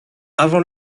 avant